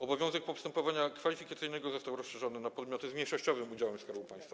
Obowiązek postępowania kwalifikacyjnego został rozszerzony również na podmioty z mniejszościowym udziałem Skarbu Państwa.